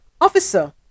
officer